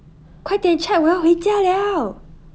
快点 check 我要回家了